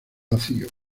vacío